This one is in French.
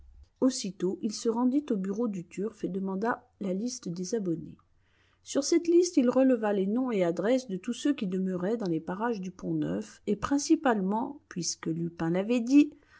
aussitôt il se rendit aux bureaux du turf et demanda la liste des abonnés sur cette liste il releva les noms et adresses de tous ceux qui demeuraient dans les parages du pont-neuf et principalement puisque lupin l'avait dit